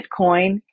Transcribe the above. Bitcoin